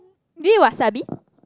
do you eat Wasabi